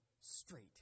straight